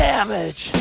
Damage